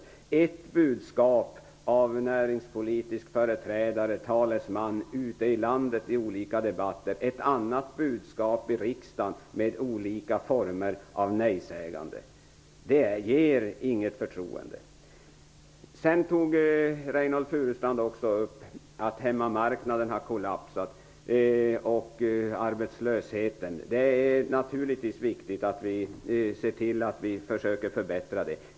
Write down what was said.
Ni har ett budskap från näringspolitiska företrädare och talesmän ute i landet i olika debatter och ett annat budskap i riksdagen, med olika former av nej-sägande. Det inger inget förtroende. Reynoldh Furustrand sade också att hemmamarknaden hade kollapsat och talade om arbetslösheten. Det är naturligtvis viktigt att vi ser till att vi försöker förbättra läget.